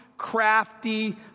crafty